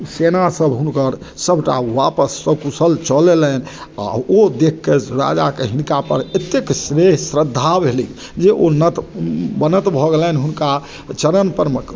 सेना सब हुनकर सबटा वापस सकुशल चल अयलनि आ ओ देखके राजा के हिनका पर एतेक स्नेह श्रद्धा भेलै जे उन्नत बनैत भऽ गेलनि हुनका चरण पर मे के